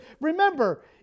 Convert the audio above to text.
remember